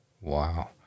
Wow